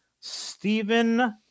Stephen